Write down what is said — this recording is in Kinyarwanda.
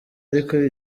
ariko